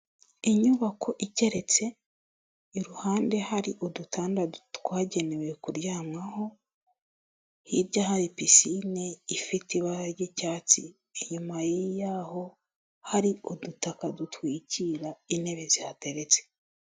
Inyubakotetse iruhande hari udutanda twagenewe kuryamaho, hirya hari pisinine ifite ibara ry'icyatsi inyuma y'aho hari udutaka dutwikira intebe ziteretse.